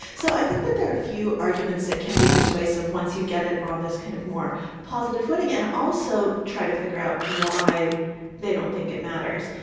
so i think that there are a few arguments that can be persuasive once you get it on this kind of more positive footing and also try to figure out why they don't think it matters.